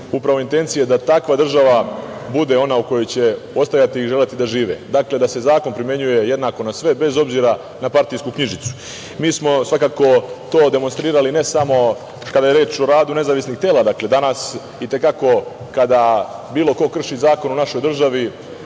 upravo intencije da takva država bude ona u kojoj će ostajati i želeti da žive. Dakle, da se zakon primenjuje jednako na sve, bez obzira na partijsku knjižicu. Mi smo svakako to demonstrirali ne samo kada je reč o radu nezavisnih tela, danas i te kako, kada bilo ko krši zakon u našoj državi,